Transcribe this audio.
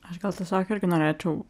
aš gal tiesiog irgi norėčiau